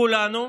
כולנו,